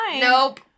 nope